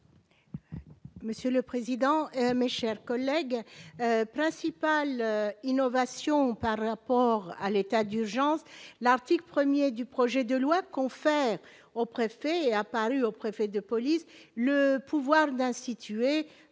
Monsieur le président, mes chers collègues, principale innovation par le rapport à l'état d'urgence, l'article 1er du projet de loi confère aux préfets est apparu au préfet de police, le pouvoir d'instituer afin